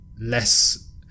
less